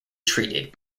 treated